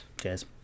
cheers